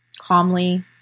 calmly